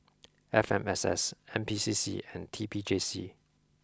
F M S S N P C C and T P J C